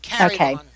Okay